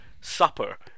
supper